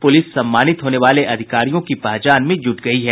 police सम्मानित होने वाले अधिकारियों की पहचान में जुट गयी है